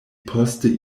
poste